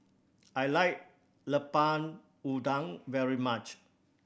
I like Lemper Udang very much